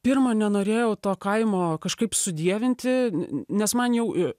pirma nenorėjau to kaimo kažkaip sudievinti n nes man jau